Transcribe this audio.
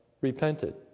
repented